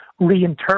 reinterpret